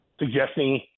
suggesting